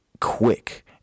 quick